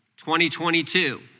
2022